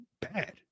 bad